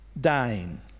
dying